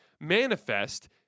manifest